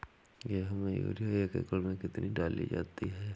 गेहूँ में यूरिया एक एकड़ में कितनी डाली जाती है?